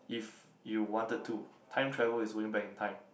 if you wanted to time travel is going back in time